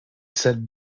said